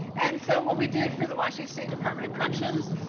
and so what we did for the washington state department of correctioners,